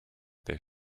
their